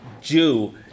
Jew